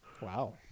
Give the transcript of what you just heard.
Wow